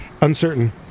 uncertain